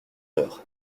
heures